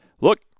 look